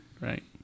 right